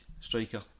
striker